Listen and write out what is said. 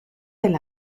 del